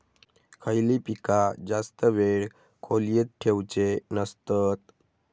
खयली पीका जास्त वेळ खोल्येत ठेवूचे नसतत?